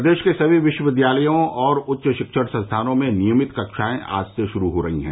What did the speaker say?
प्रदेश के सभी विश्वविद्यालयों और उच्च शिक्षण संस्थानों में नियमित कक्षाएं आज से शुरू हो रही हैं